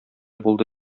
булды